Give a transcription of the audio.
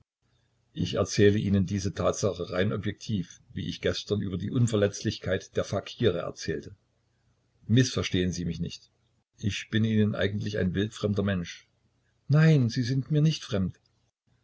ich erzähle ihnen diese tatsache rein objektiv wie ich gestern über die unverletzlichkeit der fakire erzählte mißverstehen sie mich nicht ich bin ihnen eigentlich ein wildfremder mensch nein sie sind mir nicht fremd